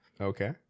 Okay